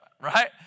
Right